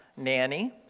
Nanny